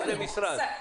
איזה משרד?